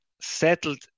settled